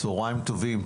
צוהריים טובים,